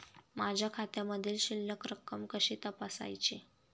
माझ्या खात्यामधील शिल्लक रक्कम कशी तपासायची?